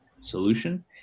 solution